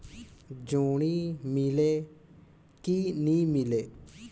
जोणी मीले कि नी मिले?